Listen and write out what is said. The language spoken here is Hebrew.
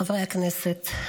חברי הכנסת,